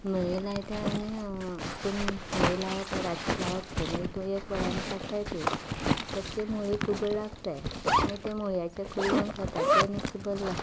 न्हंये लायतात आनी अशें करून न्हंये लावप रातचीं लावप त्यो मागीर एक वरान काडटात त्यो ताका त्यो मोळयो खूब लागतात मागीर ते मोळयाचे कडी करून खातात तें नुस्तें बरें लागता